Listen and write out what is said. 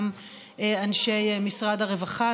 גם אנשי משרד הרווחה,